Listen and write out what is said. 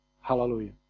Hallelujah